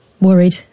worried